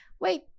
Wait